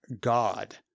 god